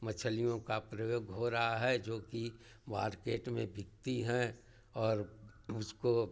मछलियों का प्रयोग हो रहा है जोकि मार्केट में बिकती हैं और उसको